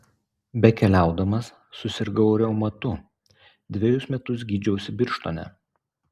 bekeliaudamas susirgau reumatu dvejus metus gydžiausi birštone